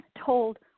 told